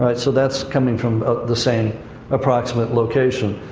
but so that's coming from the same approximate location.